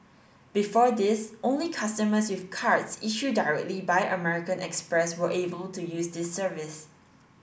before this only customers with cards issued directly by American Express were able to use the service